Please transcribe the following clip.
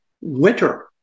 winter